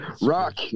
rock